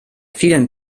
vielen